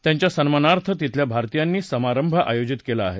त्यांच्या सन्मानार्थ तिथल्या भारतीयांनी समारंभ आयोजित केला आहे